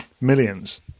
millions